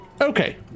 Okay